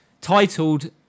titled